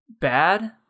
bad